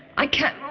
i can't